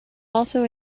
also